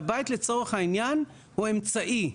והבית, לצורך העניין, הוא אמצעי.